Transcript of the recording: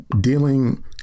dealing